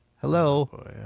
Hello